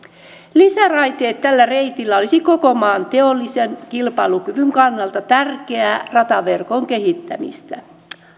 lisäraiteet tällä reitillä olisivat koko maan teollisen kilpailukyvyn kannalta tärkeää rataverkon kehittämistä